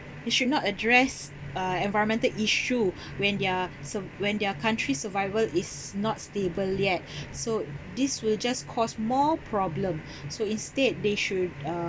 you should not address uh environmental issue when their sur~ when their country's survival is not stable yet so this will just cause more problem so instead they should